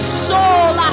soul